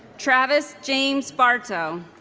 travis james barto